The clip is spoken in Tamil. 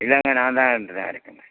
இல்லங்க நான் தான் இருந்து தான் இருக்கேங்க